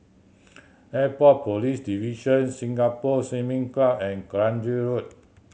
Airport Police Division Singapore Swimming Club and Kranji Road